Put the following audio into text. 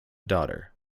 daughter